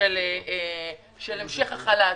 של המשך החל"ת.